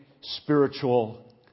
spiritual